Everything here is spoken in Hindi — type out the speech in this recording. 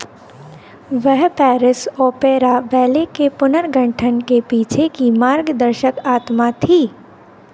वह पेरिस ओपेरा बैले के पुनर्गठन के पीछे की मार्गदर्शक आत्मा थी